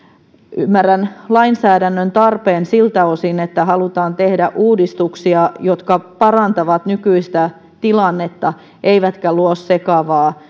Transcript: ymmärrän lainsäädännön tarpeen siltä osin että halutaan tehdä uudistuksia jotka parantavat nykyistä tilannetta eivätkä luo sekavaa